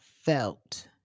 felt